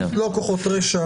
לא כוחות רשע,